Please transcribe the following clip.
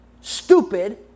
stupid